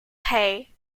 hay